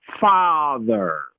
Father